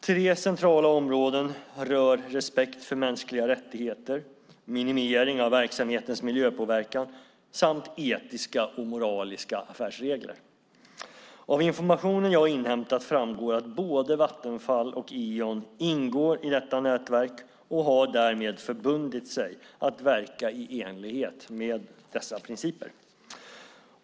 Tre centrala områden rör respekt för mänskliga rättigheter, minimering av verksamhetens miljöpåverkan samt etiska och moraliska affärsregler. Av information jag har inhämtat framgår att både Vattenfall och Eon ingår i detta nätverk och därmed har förbundit sig att verka i enlighet med dess principer.